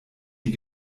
die